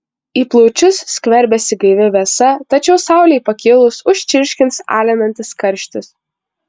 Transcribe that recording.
į plaučius skverbiasi gaivi vėsa tačiau saulei pakilus užčirškins alinantis karštis